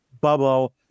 bubble